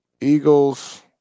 Eagles